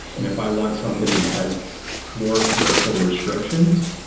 and if i want something that has more commercial restrictions,